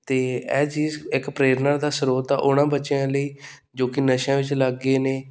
ਅਤੇ ਇਹ ਚੀਜ ਇੱਕ ਪ੍ਰੇਰਨਾ ਦਾ ਸਰੋਤ ਆ ਉਹਨਾਂ ਬੱਚਿਆਂ ਲਈ ਜੋ ਕਿ ਨਸ਼ਿਆਂ ਵਿੱਚ ਲੱਗ ਗਏ ਨੇ